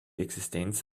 existenz